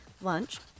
lunch